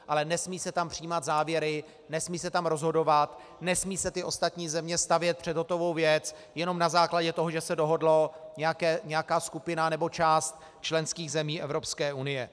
Ale nesmí se tam přijímat závěry, nesmí se tam rozhodovat, nesmí se ty ostatní země stavět před hotovou věc jenom na základě toho, že se dohodla nějaká skupina nebo část zemí Evropské unie.